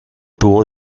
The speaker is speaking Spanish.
tubo